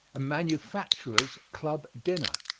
a manufacturers' club dinner.